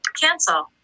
Cancel